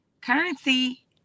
currency